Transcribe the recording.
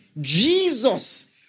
Jesus